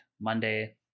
Monday